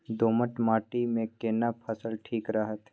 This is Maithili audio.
दोमट माटी मे केना फसल ठीक रहत?